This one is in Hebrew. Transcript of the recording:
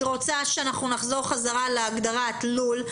אני רוצה שאנחנו נחזור חזרה להגדרת לול,